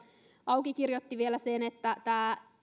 aukikirjoitti vielä sen että